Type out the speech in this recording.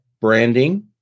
branding